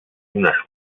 unes